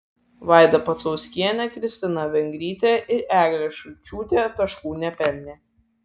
vaida pacauskienė kristina vengrytė ir eglė šulčiūtė taškų nepelnė